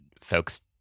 folks